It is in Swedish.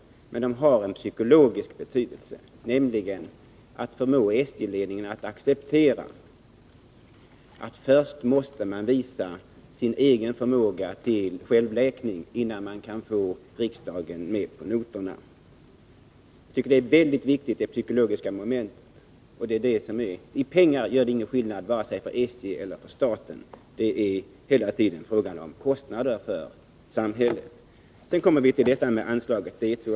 Men det har en psykologisk betydelse, nämligen att förmå SJ-ledningen att acceptera att först måste man visa sin egen förmåga till självläkning, innan man kan få riksdagen med på noterna. Jag tycker att detta psykologiska moment är mycket viktigt. I pengar gör det ingen skillnad för vare sig SJ eller staten — det är hela tiden fråga om kostnader för samhället. Sedan kommer vi till anslaget D 2.